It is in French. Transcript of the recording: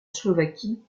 slovaquie